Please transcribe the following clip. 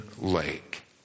lake